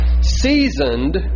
seasoned